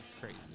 Crazy